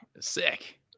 Sick